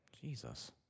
Jesus